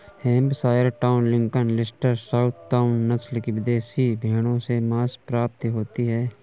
Hampshire Down, Lincoln, Leicester, Southdown, नस्ल की विदेशी भेंड़ों से माँस प्राप्ति होती है